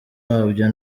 wabyo